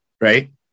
right